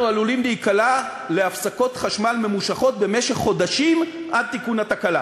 אנחנו עלולים להיקלע להפסקות חשמל ממושכות במשך חודשים עד תיקון התקלה.